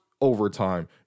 overtime